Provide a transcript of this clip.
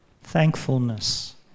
Thankfulness